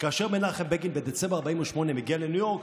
כאשר מנחם בגין, בדצמבר 48', מגיע לניו יורק,